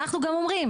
ואנחנו גם אומרים,